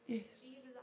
Yes